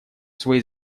свои